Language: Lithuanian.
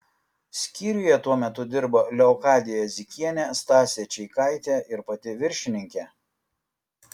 skyriuje tuo metu dirbo leokadija zikienė stasė čeikaitė ir pati viršininkė